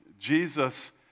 Jesus